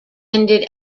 ended